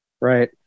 Right